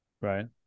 right